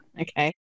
okay